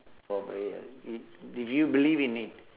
for prayer i~ if you believe in it